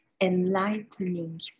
enlightening